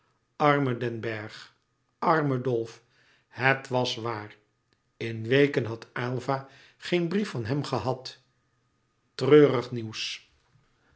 arme den bergh arme dolf het was waar in weken had aylva geen brief van hem gehad treurig nieuws